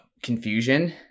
confusion